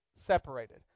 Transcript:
separated